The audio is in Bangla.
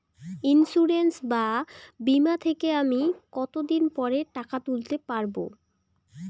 ইন্সুরেন্স বা বিমা থেকে আমি কত দিন পরে টাকা তুলতে পারব?